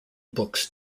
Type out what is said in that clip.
books